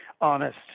honest